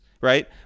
Right